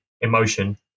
emotion